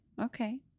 Okay